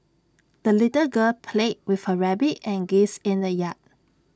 the little girl played with her rabbit and geese in the yard